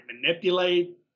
manipulate